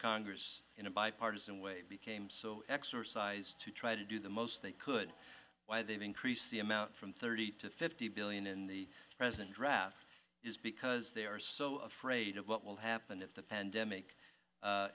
congress in a bipartisan way became so exercised to try to do the most they could why they've increased the amount from thirty to fifty billion in the present draft is because they are so afraid of what will happen if the